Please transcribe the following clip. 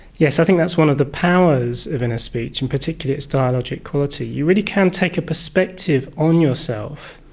yes, i think that's one of the powers of inner speech, and particularly its dialogic quality. you really can take a perspective on yourself